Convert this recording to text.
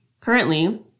Currently